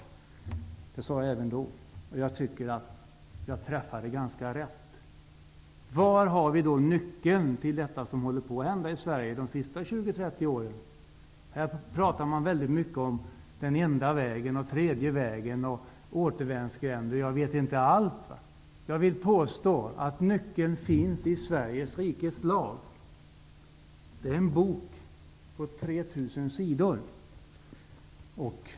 Jag tycker att jag träffade ganska rätt när jag sade detta för ett år sedan. Var har vi då nyckeln till det som hänt i Sverige under de senaste 20--30 åren? Här talar man väldigt mycket om den enda vägen, den tredje vägen, återvändsgränden och allt vad det nu är. Jag vill påstå att nyckeln finns i Sveriges Rikes Lag. Det är en bok på 3 000 sidor.